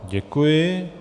Děkuji.